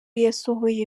yasohoye